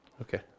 Okay